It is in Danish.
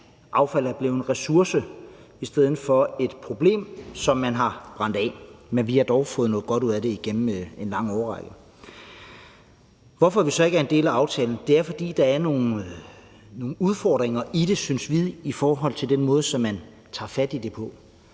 Affald er blevet en ressource i stedet for et problem, som man har brændt af – men vi har dog fået noget godt ud af det igennem en lang årrække. Hvorfor vi så ikke er en del af aftalen, er, fordi der er nogle udfordringer i det, synes vi, i forhold til den måde, som man tager fat i det på.